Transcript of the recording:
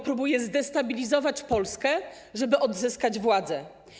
Próbują zdestabilizować Polskę, żeby odzyskać władzę.